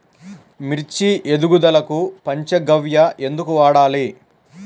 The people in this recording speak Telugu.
మిర్చి ఎదుగుదలకు పంచ గవ్య ఎందుకు వాడాలి?